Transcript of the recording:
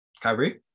Kyrie